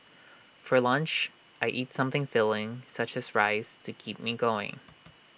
for lunch I eat something filling such as rice to keep me going